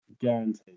Guaranteed